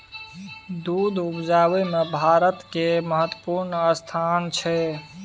दूध उपजाबै मे भारत केर महत्वपूर्ण स्थान छै